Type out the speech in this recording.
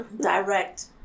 direct